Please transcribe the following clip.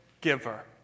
giver